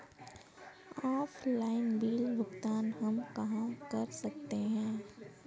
Offline bill भुगतान हम कहां कर सकते हैं?